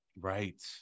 right